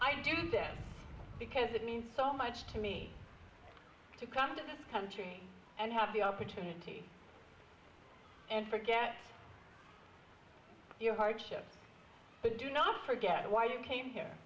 i do that because it means so much to me to come to this country and have the opportunity and forget your hardships but do not forget why you came here